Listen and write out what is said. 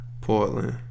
Portland